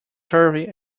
survey